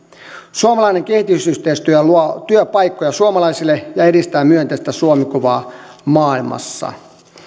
suomalainen kehitysyhteistyö luo työpaikkoja suomalaisille ja edistää myönteistä suomi kuvaa maailmassa